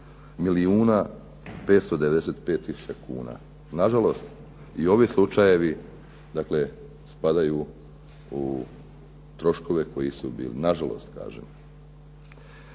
milijuna 595 tisuća kuna. Nažalost, i ovi slučajevi dakle spadaju u troškove koji su bili, nažalost kažem.